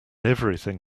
everything